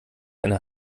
eine